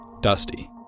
Dusty